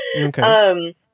Okay